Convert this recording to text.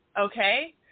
Okay